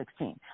2016